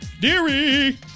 Deary